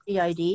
EID